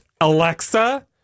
Alexa